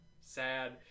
sad